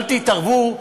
אל תתערבו,